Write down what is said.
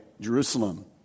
Jerusalem